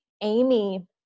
Amy